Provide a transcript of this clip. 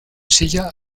silla